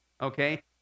Okay